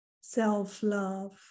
self-love